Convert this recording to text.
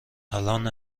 الان